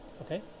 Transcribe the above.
okay